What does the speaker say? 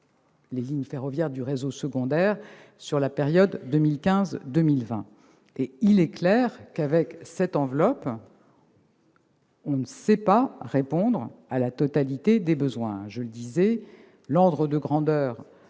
les lignes ferroviaires du réseau secondaire sur la période 2015-2020. Il est clair que, avec cette enveloppe, on ne peut répondre à la totalité des besoins. En effet, l'ordre de grandeur